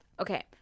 Okay